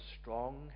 strong